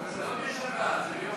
אבל זה לא בשבת, זה רק ביום